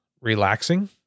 relaxing